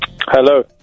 Hello